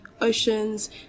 Oceans